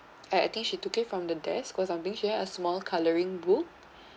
I I think she took it from the desk cause I bring here a small coloring book